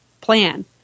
plan